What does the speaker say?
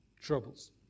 Troubles